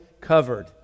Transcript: covered